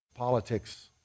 Politics